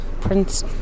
Prince